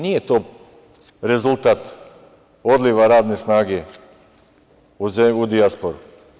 Nije to rezultat odliva radne snage u dijasporu.